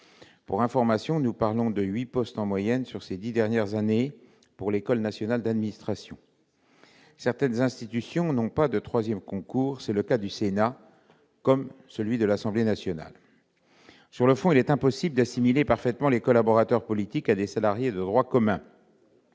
Pour information, nous parlons de huit postes en moyenne au cours de ces dix dernières années pour l'École nationale d'administration. Certaines institutions n'ont pas de troisième concours : c'est le cas du Sénat et de l'Assemblée nationale. Sur le fond, il est impossible d'assimiler parfaitement les collaborateurs politiques à des salariés de droit commun.